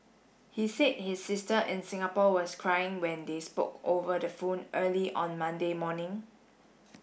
he said his sister in Singapore was crying when they spoke over the phone early on Monday morning